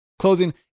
closing